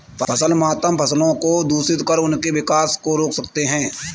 फसल मातम फसलों को दूषित कर उनके विकास को रोक सकते हैं